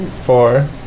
four